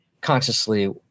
consciously